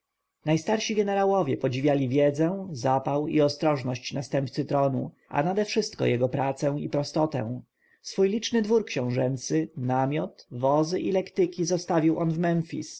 najstarsi jenerałowie podziwiali wiedzę zapał i ostrożność następcy tronu a nadewszystko jego pracę i prostotę swój liczny dwór książęcy namiot wozy i lektyki zostawił on w